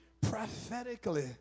Prophetically